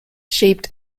shaped